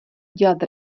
dělat